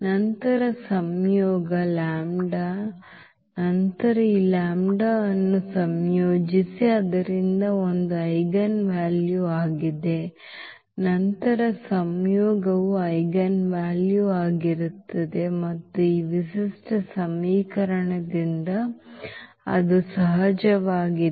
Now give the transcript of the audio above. ನಂತರ ಸಂಯೋಗ ನಂತರ ಈ λ ಅನ್ನು ಸಂಯೋಜಿಸಿ ಆದ್ದರಿಂದ ಒಂದು ಐಜೆನ್ವಾಲ್ಯೂ ಆಗಿದೆ ನಂತರ ಸಂಯೋಗವು ಐಜೆನ್ವಾಲ್ಯೂ ಆಗಿರುತ್ತದೆ ಮತ್ತು ಈ ವಿಶಿಷ್ಟ ಸಮೀಕರಣದಿಂದ ಅದು ಸಹಜವಾಗಿದೆ